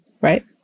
Right